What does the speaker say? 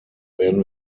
werden